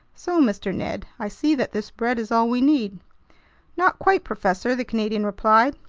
so, mr. ned, i see that this bread is all we need not quite, professor, the canadian replied.